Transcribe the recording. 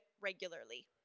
regularly